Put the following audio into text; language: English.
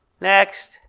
Next